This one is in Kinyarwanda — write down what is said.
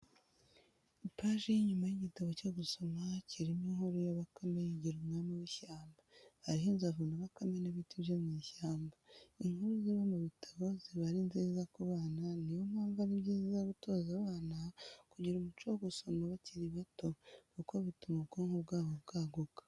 Ipaji y'inyuma y'igitabo cyo gusama kirimo inkuru ya Bakame yigira umwami w'ishyamba, hariho inzovu na Bakame n'ibiti byo mu ishyamba, inkuru ziba mu bitabo ziba ari nziza ku bana niyo mpamvu ari byiza gutoza abana kugira umuco wo gusoma bakiri bato, kuko bituma ubwonko bwabo bwaguka.